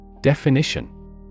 Definition